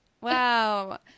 wow